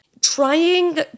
Trying